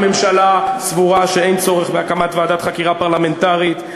הממשלה סבורה שאין צורך בהקמת ועדת חקירה פרלמנטרית.